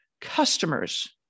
customers